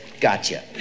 gotcha